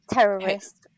Terrorist